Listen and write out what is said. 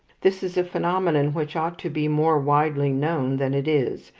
this is a phenomenon which ought to be more widely known than it is,